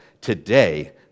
Today